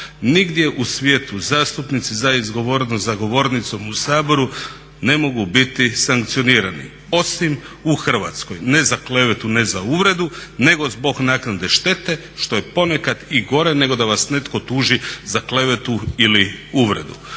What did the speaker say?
Nigdje u svijetu zastupnici za izgovoreno za govornicom u Saboru ne mogu biti sankcionirani. Osim u Hrvatskoj. Ne za klevetu, ne za uvredu nego zbog naknade štete što je ponekad i gore da vas netko tuži za klevetu ili uvredu.